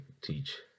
teach